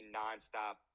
nonstop